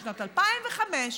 בשנת 2005,